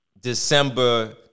December